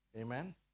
Amen